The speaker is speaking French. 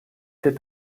fait